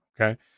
Okay